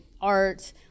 art